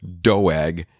doeg